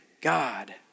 God